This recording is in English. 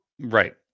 Right